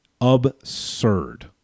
Absurd